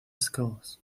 schools